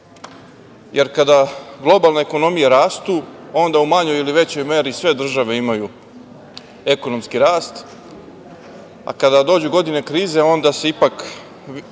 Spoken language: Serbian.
jer kada globalne ekonomije rastu, onda u manjoj ili većoj meri sve države imaju ekonomski rast, a kada dođu godine krize onda se ipak